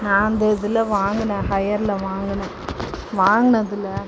நான் அந்த இதில் வாங்கினேன் ஹையரில் வாங்கினேன் வாங்கினதுல